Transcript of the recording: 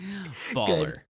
Baller